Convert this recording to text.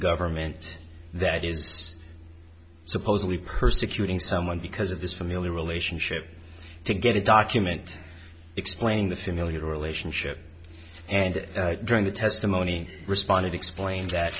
government that is supposedly persecuting someone because of this familiar relationship to get a document explaining the familial relationship and during the testimony responded explained that